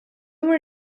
are